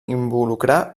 involucrar